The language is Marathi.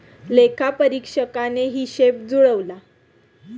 लेखापरीक्षकाने हिशेब जुळवला